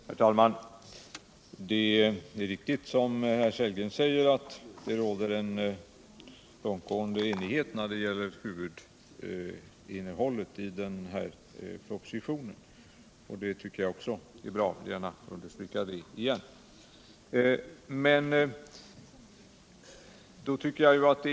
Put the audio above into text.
Herr talman! Det är riktigt som herr Sellgren säger att det råder en långtgående enighet när det gäller huvudinnehållet i propositionen. Jag vill ånyo understryka att jag tycker att det är bra.